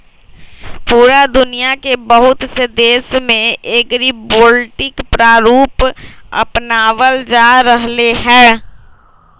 पूरा दुनिया के बहुत से देश में एग्रिवोल्टिक प्रारूप अपनावल जा रहले है